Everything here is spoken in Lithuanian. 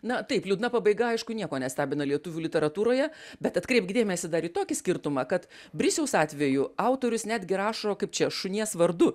na taip liūdna pabaiga aišku nieko nestebina lietuvių literatūroje bet atkreipk dėmesį dar į tokį skirtumą kad brisiaus atveju autorius netgi rašo kaip čia šunies vardu